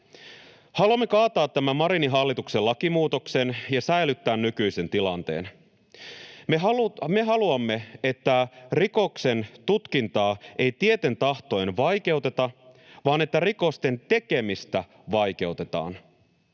Haluamme kaataa tämän Marinin hallituksen lakimuutoksen ja säilyttää nykyisen tilanteen. Me haluamme, että rikoksen tutkintaa ei tieten tahtoen vaikeuteta vaan että rikosten tekemistä vaikeutetaan.